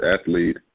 athlete